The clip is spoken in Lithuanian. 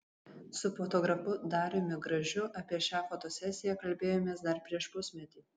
su fotografu dariumi gražiu apie šią fotosesiją kalbėjomės dar prieš pusmetį